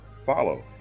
follow